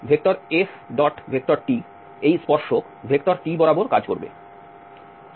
সুতরাং আবার এই FT এই স্পর্শক Tবরাবর কাজ করবে